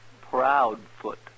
Proudfoot